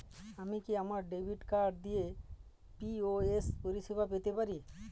আমি কি আমার ডেবিট কার্ড দিয়ে পি.ও.এস পরিষেবা পেতে পারি?